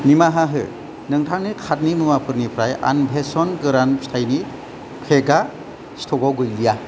निमाहा हो नोंथांनि कार्टनि मुवाफोरनिफ्राय आनभेशन गोरान फिथाइ पेका स्टकाव गैलिया